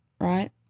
right